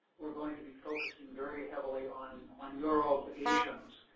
were going to be focusing very heavily on on your obligations